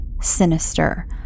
Sinister